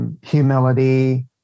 humility